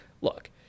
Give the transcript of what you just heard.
look